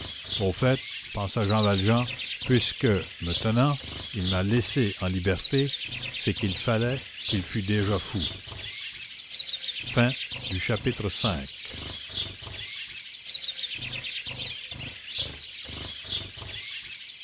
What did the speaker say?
au fait pensa jean valjean puisque me tenant il m'a laissé en liberté c'est qu'il fallait qu'il fût déjà fou chapitre vi